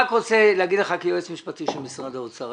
רוצה להגיד לך כיועץ משפטי של משרד האוצר.